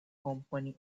company